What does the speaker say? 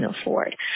afford